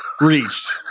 reached